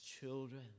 children